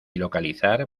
localizar